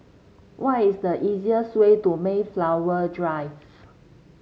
what is the easiest way to Mayflower Drive